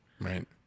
Right